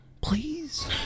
please